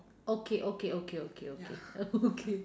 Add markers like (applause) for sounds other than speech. okay okay okay okay okay okay (laughs)